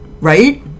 Right